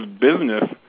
business